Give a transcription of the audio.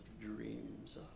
dreams